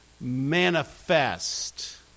manifest